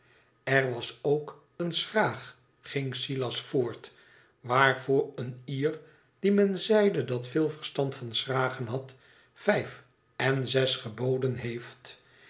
er was ook eene schraag gmg silas voort waarvoor een ier die men zeide dat veel verstand van schragen had vijf en zes geboden heef